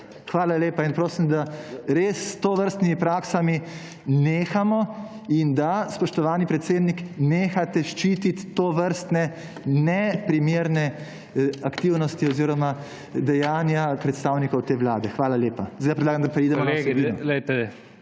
Hvala lepa. In prosim, da res s tovrstnimi praksami nehamo in da, spoštovani predsednik, nehate ščititi tovrstne neprimerne aktivnosti oziroma dejanja predstavnikov te vlade. Zdaj predlagam, da preidemo